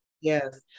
Yes